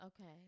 Okay